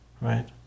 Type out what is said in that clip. right